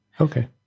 Okay